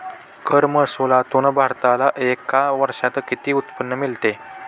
कर महसुलातून भारताला एका वर्षात किती उत्पन्न मिळते?